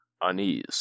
Unease